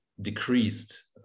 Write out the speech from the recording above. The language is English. decreased